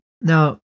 Now